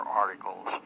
articles